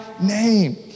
name